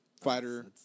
fighter